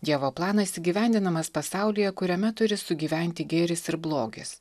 dievo planas įgyvendinamas pasaulyje kuriame turi sugyventi gėris ir blogis